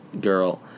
Girl